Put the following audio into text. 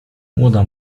młoda